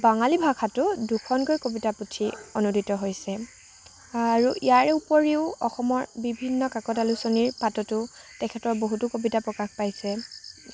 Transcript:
আৰু বাঙালী ভাষাটো দুখনকৈ কবিতাপুথি অনুদিত হৈছে আৰু ইয়াৰ ওপৰিও অসমৰ বিভিন্ন কাকত আলোচনীৰ পাততো তেখেতৰ বহুতো কবিতা প্ৰকাশ পাইছে